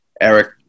Eric